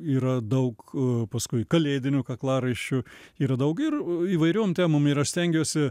yra daug paskui kalėdinių kaklaraiščių yra daug ir įvairiom temom ir aš stengiuosi